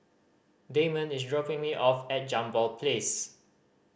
Damond is dropping me off at Jambol Place